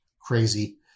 crazy